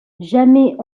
jamais